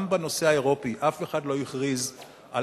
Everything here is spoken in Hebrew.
גם בנושא האירופי אף אחד לא הכריז על